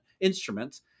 instruments